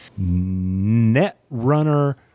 Netrunner